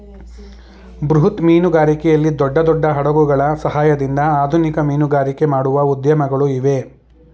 ಬೃಹತ್ ಮೀನುಗಾರಿಕೆಯಲ್ಲಿ ದೊಡ್ಡ ದೊಡ್ಡ ಹಡಗುಗಳ ಸಹಾಯದಿಂದ ಆಧುನಿಕ ಮೀನುಗಾರಿಕೆ ಮಾಡುವ ಉದ್ಯಮಗಳು ಇವೆ